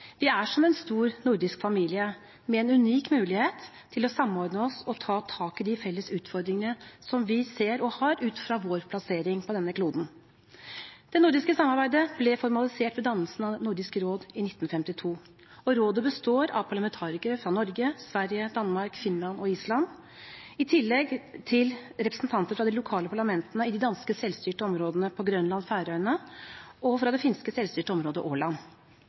Vi er som en stor, nordisk familie med en unik mulighet til å samordne oss og ta tak i de felles utfordringene vi ser og har ut fra vår plassering på denne kloden. Det nordiske samarbeidet ble formalisert ved dannelsen av Nordisk råd i 1952. Rådet består av parlamentarikere fra Norge, Sverige, Danmark, Finland og Island, i tillegg til representanter fra de lokale parlamentene i de danske selvstyrte områdene på Grønland og Færøyene og fra det finske selvstyrte området